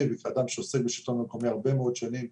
וכאדם שעוסק בשלטון מקומי הרבה מאוד שנים,